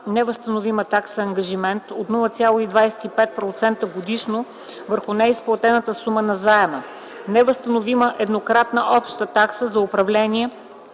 невъзстановима такса ангажимент от 0,25% годишно върху неизплатената сума на заема; невъзстановима еднократна обща такса за управление,